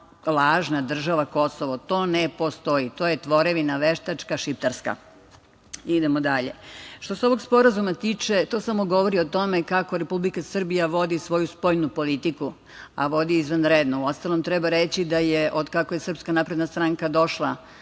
„lažna država Kosovo“, to je tvorevina veštačka, šiptarska. Idemo dalje. Što se ovog Sporazuma tiče, to samo govori o tome kako Republika Srbija vodi svoju spoljnu politiku, a vodi izvanredno. Uostalom, treba reći, od kako je SNS došla na vlast